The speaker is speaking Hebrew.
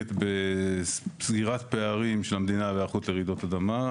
שעוסקת בסגירת פערים של המדינה להיערכות לרעידות אדמה.